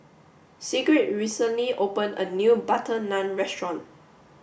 Sigrid recently opened a new butter naan restaurant